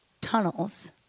tunnels